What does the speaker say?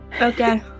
Okay